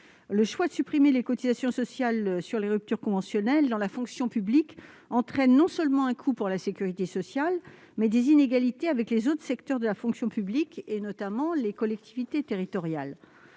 Le choix de supprimer les cotisations sociales sur les ruptures conventionnelles dans la fonction publique d'État entraîne non seulement un coût pour la sécurité sociale, mais aussi des inégalités avec les autres secteurs de la fonction publique, notamment la fonction publique territoriale.